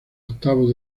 octavos